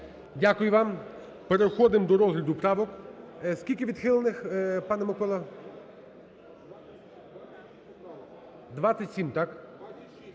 Дякую вам. Переходимо до розгляду правок. Скільки відхилених, пане Миколо? 27, так?